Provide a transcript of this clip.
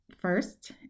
first